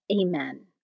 Amen